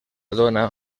dóna